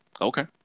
Okay